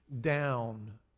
down